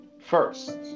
first